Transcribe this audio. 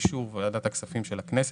ובאישור ועדת הכספים של הכנסת,